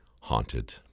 haunted